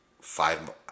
five